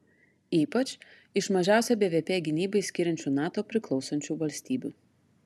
ypač iš mažiausią bvp gynybai skiriančių nato priklausančių valstybių